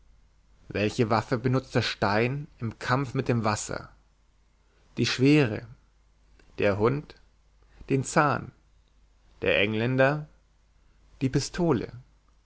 welche waffe benutzt der stein im kampf mit dem wasser die schwere der hund den zahn der engländer die pistole